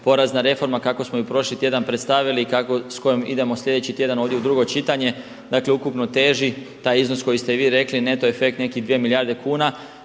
porezna reforma kako smo ju prošli tjedan predstavili i s kojom idemo sljedeći tjedan ovdje u drugo čitanje, dakle ukupno teži, taj iznos koji ste i vi rekli, neto efekt, nekih 2 milijarde kuna,